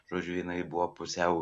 žodžiu jinai buvo pusiau